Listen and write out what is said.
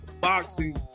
boxing